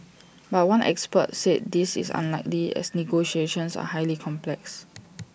but one expert said this is unlikely as negotiations are highly complex